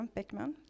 Beckman